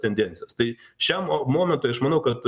tendencijas tai šiam momentui aš manau kad